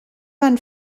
van